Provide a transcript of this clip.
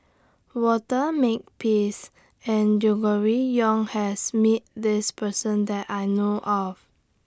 Walter Makepeace and Gregory Yong has Met This Person that I know of